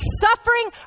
suffering